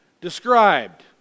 described